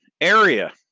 area